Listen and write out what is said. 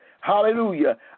hallelujah